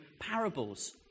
parables